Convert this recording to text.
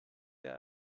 der